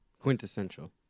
quintessential